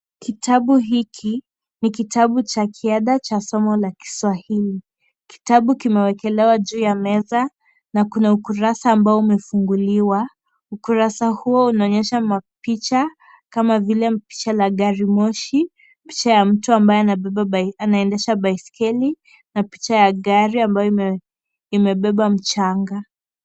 Kitabu hiki ni kitabu cha kiada cha somo la kiswahili , kitabu kimewekelewa juu ya meza na ukurasa ambao umefunguliwa ukurasa huo unaonyesha mapicha kama vile picha la garimoshi , picha ya mtu ambaye anaendesha baiskeli na picha ya gari ambayo imebeba mchanga .